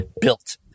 built